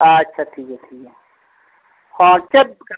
ᱟᱪᱪᱷᱟ ᱴᱷᱤᱠ ᱜᱮᱭᱟ ᱴᱷᱤᱠ ᱜᱮᱭᱟ ᱦᱚᱸ ᱪᱮᱫ ᱠᱟᱱᱟ